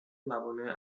موانع